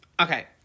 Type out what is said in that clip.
Okay